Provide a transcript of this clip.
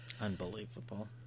Unbelievable